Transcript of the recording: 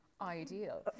ideal